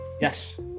Yes